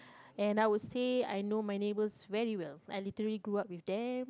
and I would say I know my neighbours very well I literally grew up with them